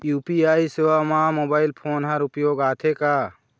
UPI सेवा म mobile phone हर उपयोग आथे का?